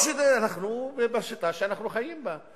או שאנחנו בשיטה שאנחנו חיים בה.